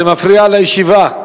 זה מפריע לישיבה,